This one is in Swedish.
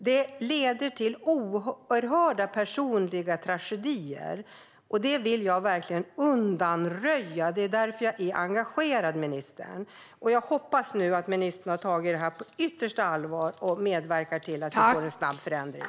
Det leder till oerhörda personliga tragedier, och detta vill jag verkligen undanröja. Det är därför jag är engagerad, ministern. Jag hoppas att ministern har tagit detta på yttersta allvar och medverkar till att vi får en snabb förändring.